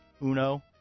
Uno